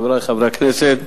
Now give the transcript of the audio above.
חברי חברי הכנסת,